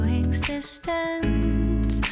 existence